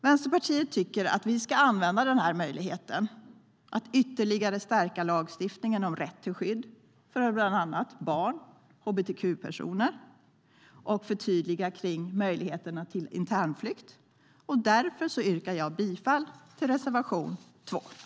Vänsterpartiet tycker att vi ska använda denna möjlighet att ytterligare stärka lagstiftningen om rätt till skydd för bland andra barn och hbtq-personer samt förtydliga det som gäller möjligheterna till internflykt. Därför yrkar jag bifall till reservation 2.